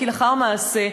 לאחר מעשה,